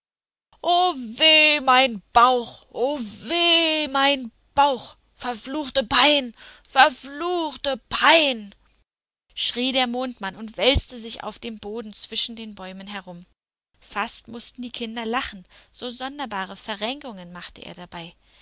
mein bauch o weh mein bein verfluchte pein verfluchte pein schrie der mondmann und wälzte sich auf dem boden zwischen den bäumen herum fast mußten die kinder lachen so sonderbare verrenkungen machte er dabei